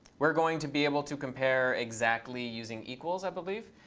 we're going to be able to compare exactly using equals, i believe.